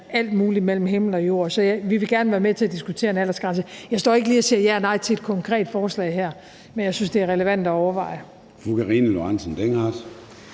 alt muligt mellem himmel og jord. Så vi vil gerne være med til at diskutere en aldersgrænse. Jeg står ikke lige og siger ja eller nej til et konkret forslag, men jeg synes, det er relevant at overveje.